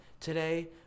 Today